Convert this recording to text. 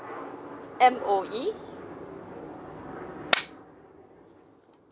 M_O_E